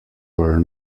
were